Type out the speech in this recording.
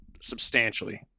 substantially